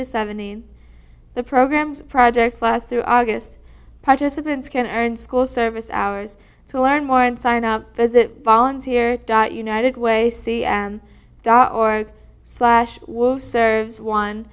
to seventeen the programs projects last through august participants can end school service hours to learn more and sign up visit volunteer at united way c m dot org slash woof serves one